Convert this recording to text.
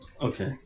okay